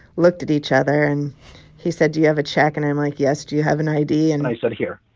looked at each other. and he said, do you have a check? and i'm like, yes. do you have an id? and i said, here.